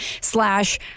Slash